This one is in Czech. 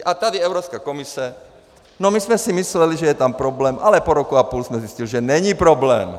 A tady Evropská komise no my jsme si mysleli, že je tam problém, ale po roku a půl jsme zjistili, že není problém.